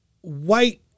white